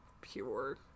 pure